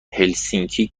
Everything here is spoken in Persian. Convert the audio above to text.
هلسینکی